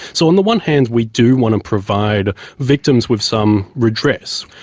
so on the one hand we do want to provide victims with some redress.